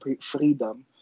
freedom